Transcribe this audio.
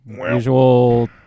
usual